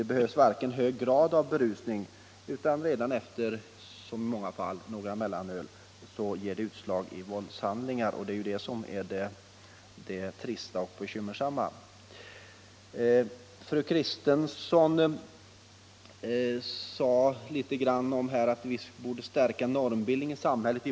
Det behövs ingen hög grad av berusning för att en sådan skall ge utslag i våldshandlingar, utan detta sker redan efter en konsumtion av några mellanöl. Det är ju detta förhållande som är så trist och bekymmersamt. Fru Kristensson nämnde något om att vi i vår samlevnad borde stärka normbildningen i samhället.